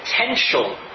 potential